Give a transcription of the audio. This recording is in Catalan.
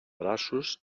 braços